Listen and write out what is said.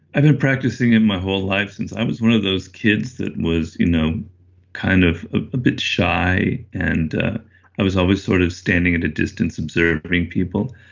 i've been practicing and my whole life since i was one of those kids that was you know kind of a bit shy. and i was always sort of standing at a distance observing people.